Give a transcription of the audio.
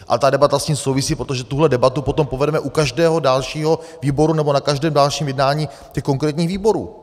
Ale ta debata s tím souvisí, protože tuhle debatu potom povedeme u každého dalšího výboru nebo na každém dalším jednání ke konkrétním výborům.